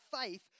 faith